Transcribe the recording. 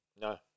No